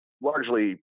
largely